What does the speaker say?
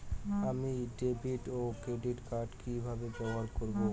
আমি ডেভিড ও ক্রেডিট কার্ড কি কিভাবে ব্যবহার করব?